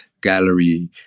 gallery